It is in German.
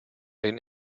den